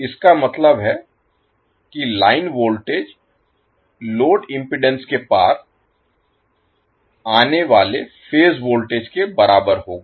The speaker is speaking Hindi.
इसका मतलब है कि लाइन वोल्टेज लोड इम्पीडेन्स के पार आने वाले फेज वोल्टेज के बराबर होगा